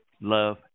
Love